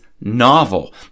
novel